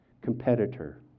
competitor